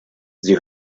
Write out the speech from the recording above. sie